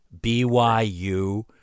BYU